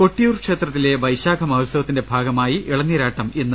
കൊട്ടിയൂർ ക്ഷേത്രത്തിലെ വൈശാഖ മഹോത്സവത്തിന്റെ ഭാഗമായി ഇളനീരാട്ടം ഇന്ന്